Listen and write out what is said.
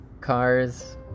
cars